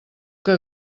que